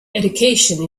education